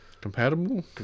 Compatible